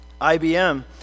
IBM